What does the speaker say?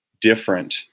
different